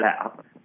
out